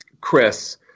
Chris